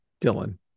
Dylan